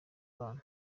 abana